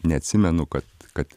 neatsimenu kad kad